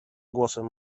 głosem